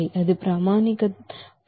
అది ప్రయోగాత్మకంగా తెలుసుకోవాలి